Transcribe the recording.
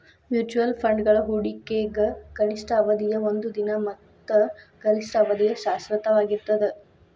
mutual ಫಂಡ್ಗಳ ಹೂಡಿಕೆಗ ಕನಿಷ್ಠ ಅವಧಿಯ ಒಂದ ದಿನ ಮತ್ತ ಗರಿಷ್ಠ ಅವಧಿಯ ಶಾಶ್ವತವಾಗಿರ್ತದ